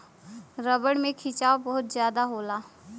rubber में खिंचाव बहुत जादा होला